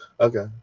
Okay